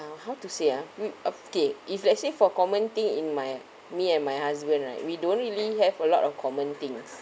uh how to say ah we okay if let's say for common thing in my me and my husband right we don't really have a lot of common things